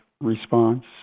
response